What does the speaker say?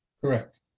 Correct